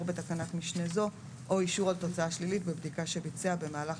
בתקנת משנה זו או אישור על תוצאה שלילית בבדיקה שביצע במהלך